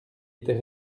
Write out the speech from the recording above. était